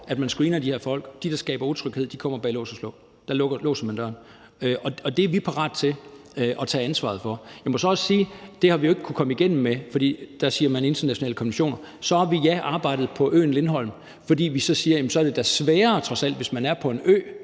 at man screener de her folk, og at de, der skaber utryghed, kommer bag lås og slå – at der låser man døren. Det er vi parate til at tage ansvaret for. Jeg må så også sige, at vi jo ikke har kunnet komme igennem med det, for så peger man på de internationale konventioner. Og ja, så har vi arbejdet på en løsning på øen Lindholm, fordi vi mener, at det da så trods alt er sværere, hvis man er på en ø,